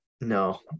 no